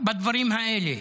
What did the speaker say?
בדברים האלה,